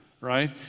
right